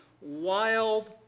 wild